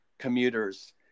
commuters